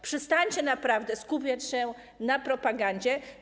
Przestańcie naprawdę skupiać się na propagandzie.